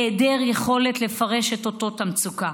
היעדר יכולת לפרש את אותות המצוקה,